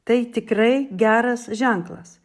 tai tikrai geras ženklas